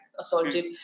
assaulted